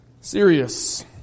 serious